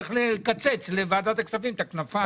שהולך לקצץ לוועדת הכספים את הכנפיים.